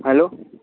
hello